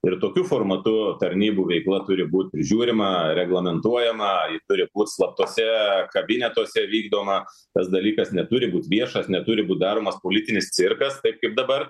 ir tokiu formatu tarnybų veikla turi būt prižiūrima reglamentuojama ji turi būt slaptuose kabinetuose vykdoma tas dalykas neturi būt viešas neturi būt daromas politinis cirkas taip kaip dabar